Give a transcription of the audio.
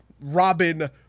Robin